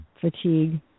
fatigue